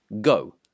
go